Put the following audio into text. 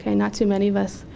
and not too many of us.